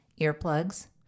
earplugs